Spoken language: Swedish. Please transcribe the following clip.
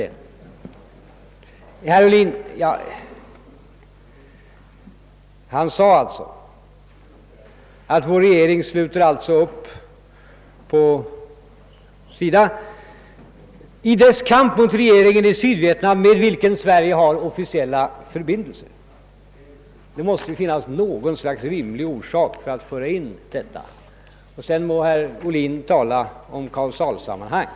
Det yttrande av herr Ohlin som vi diskuterat gick ut på att vår regering alltså sluter upp på denna sida i dess kamp mot regeringen i Sydvietnam, med vilken Sverige har officiella förbindelser. Det måste finnas någon rimlig orsak till att föra in detta tillägg — sedan må herr Ohlin tala hur mycket som helst om kausalsammanhang.